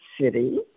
City